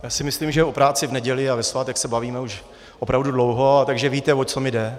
Já si myslím, že o práci v neděli a ve svátek se bavíme už opravdu dlouho, takže víte, o co mi jde.